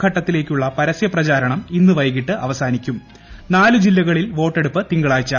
ഘട്ടത്തിലേക്കുള്ള പരസ്യ പ്രചാരണം ഇന്ന് വൈകിട്ട് അവസാനിക്കും നാല് ജില്ലകളിൽ വോട്ടെടുപ്പ് തിങ്കളാഴ്ച